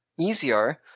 easier